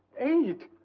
eight!